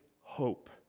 hope